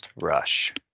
rush